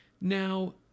Now